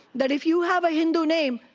but if you have a hindu name,